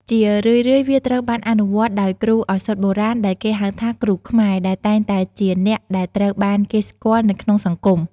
ជារឿយៗ វាត្រូវបានអនុវត្តដោយគ្រូឱសថបុរាណដែលគេហៅថា “គ្រូខ្មែរ” ដែលតែងតែជាអ្នកដែលត្រូវបានគេស្គាល់នៅក្នុងសង្គម។